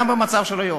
גם במצב של היום,